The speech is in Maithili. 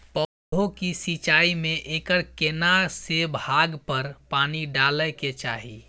पौधों की सिंचाई में एकर केना से भाग पर पानी डालय के चाही?